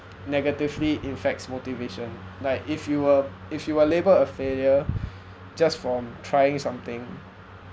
negatively infects motivation like if you were if you were labelled a failure just from trying something